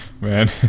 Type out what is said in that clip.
Man